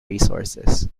resources